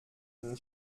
den